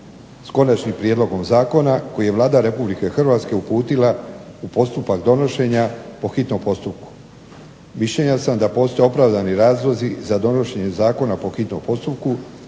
s konačnim prijedlogom zakona koji je Vlada Republike Hrvatske uputila u postupak odnošenja po hitnom postupku. Mišljenja sam da postoje opravdani razlozi za donošenje zakona po hitnom postupku